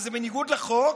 שזה בניגוד לחוק,